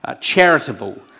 charitable